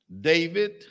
David